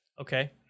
Okay